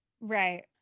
right